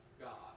God